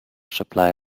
supply